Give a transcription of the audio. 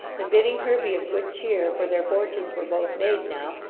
and bidding her be of good cheer, for their fortunes were both made now,